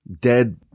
dead